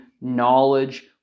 knowledge